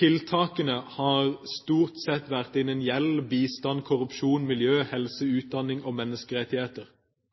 Tiltakene har stort sett vært innen gjeld, bistand, korrupsjon, miljø, helse, utdanning og menneskerettigheter.